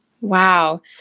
Wow